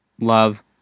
Love